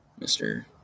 Mr